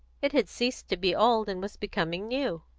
it had ceased to be old and was becoming new.